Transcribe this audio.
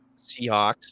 Seahawks